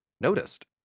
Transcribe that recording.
noticed